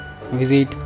visit